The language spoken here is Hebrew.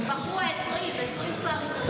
הם בחרו 20, 20 שרים וחברי כנסת.